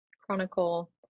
Chronicle